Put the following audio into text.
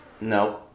No